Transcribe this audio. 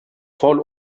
voll